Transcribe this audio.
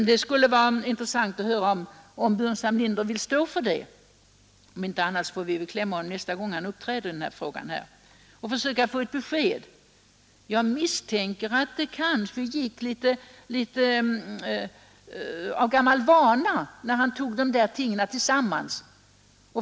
Det vore intressant att få höra om herr Burenstam Linder står för det. Om inte annat så får vi väl ”klämma” honom nästa gång han uppträder i den här frågan. Jag misstänker att det kanske gick litet av gammal vana när han tog upp dessa ting tillsammans.